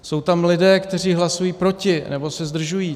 Jsou tam lidé, kteří hlasují proti nebo se zdržují.